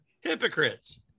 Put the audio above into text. hypocrites